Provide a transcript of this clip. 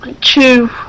two